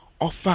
offer